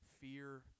fear